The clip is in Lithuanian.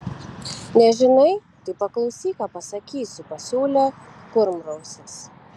nežinai tai paklausyk ką pasakysiu pasiūlė kurmrausis